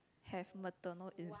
have methanol in